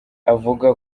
avuga